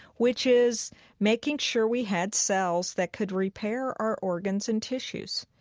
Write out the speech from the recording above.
which is making sure we had cells that could repair our organs and tissues.